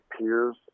peers